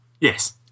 Yes